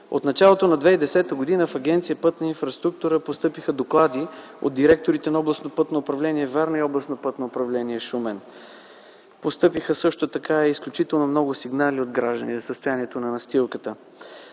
От началото на 2010 г. в Агенция „Пътна инфраструктура” постъпиха доклади от директорите на Областно пътно управление – Варна, и Областно пътно управление – Шумен. Постъпиха и изключително много сигнали от граждани за състоянието на настилката.